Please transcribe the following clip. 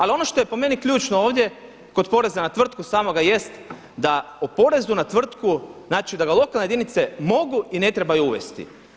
Ali on ono što je po meni ključno ovdje kod poreza na tvrtku samoga jest da u porezu na tvrtku, znači da ga lokalne jedinice mogu i ne trebaju uvesti.